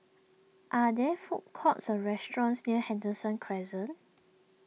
are there food courts or restaurants near Henderson Crescent